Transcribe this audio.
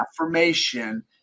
affirmation